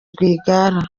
rwigara